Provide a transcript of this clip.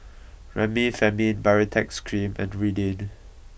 Remifemin Baritex Cream and Ridwind